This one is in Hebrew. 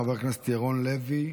חבר הכנסת ירון לוי,